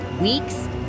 weeks